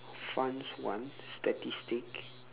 fun one statistic